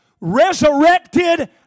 resurrected